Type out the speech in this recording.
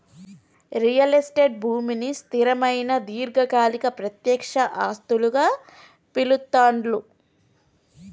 real estate భూమిని స్థిరమైన దీర్ఘకాలిక ప్రత్యక్ష ఆస్తులుగా పిలుత్తాండ్లు